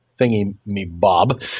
thingy-me-bob